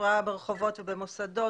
הפרעה ברחובות ובמוסדות,